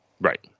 Right